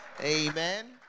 Amen